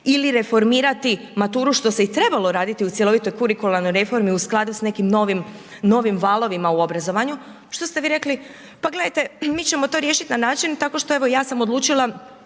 ili reformirati maturu što se ti trebalo raditi u cjelovitoj kurikularnoj reformi u skladu sa nekim novim valovima u obrazovanju. Što ste vi rekli? Pa gledajte, mi ćemo to riješiti na način tako što evo ja sam odlučila